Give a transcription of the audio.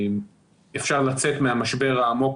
אפשר לצאת מהמשבר העמוק